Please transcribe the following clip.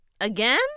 Again